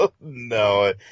no